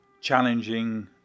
challenging